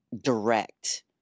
direct